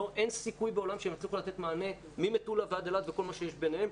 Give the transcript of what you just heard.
אין סיכוי בעולם שהם יצליחו לתת מענה ממטולה עד אילת וכל מה שיש ביניהם.